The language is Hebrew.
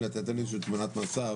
ואת זה תיקנתם בתיקון הספציפי הזה.